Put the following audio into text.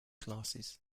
glasses